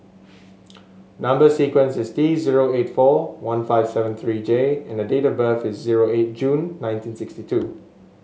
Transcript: number sequence is T zero eight four one five seven three J and date of birth is zero eight June nineteen sixty two